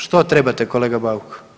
Što trebate, kolega Bauk?